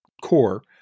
core